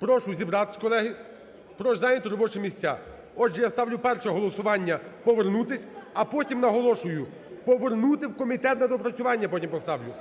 Прошу зібратися, колеги, прошу зайняти робочі місця. Отже, я ставлю перше голосування повернутися, а потім, наголошую, повернути в комітет на доопрацювання, я потім поставлю.